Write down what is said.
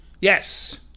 Yes